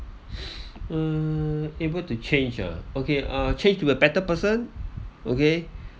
uh able to change ah okay uh change to a better person okay